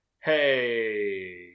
hey